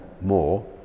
more